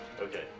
Okay